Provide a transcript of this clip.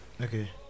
Okay